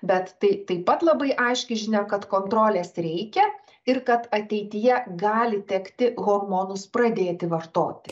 bet tai taip pat labai aiški žinia kad kontrolės reikia ir kad ateityje gali tekti hormonus pradėti vartoti